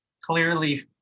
clearly